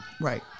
Right